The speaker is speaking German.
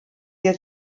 der